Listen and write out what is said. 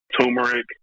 turmeric